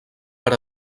per